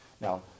Now